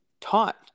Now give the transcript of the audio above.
taught